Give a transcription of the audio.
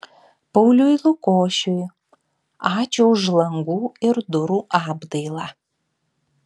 pauliui lukošiui ačiū už langų ir durų apdailą